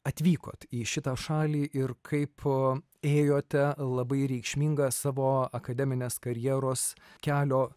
atvykot į šitą šalį ir kaip ėjote labai reikšmingą savo akademinės karjeros kelio